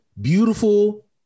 beautiful